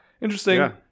interesting